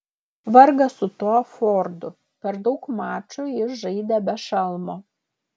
vargas su tuo fordu per daug mačų jis žaidė be šalmo